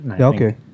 Okay